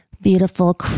beautiful